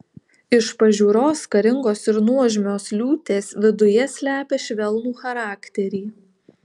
iš pažiūros karingos ir nuožmios liūtės viduje slepia švelnų charakterį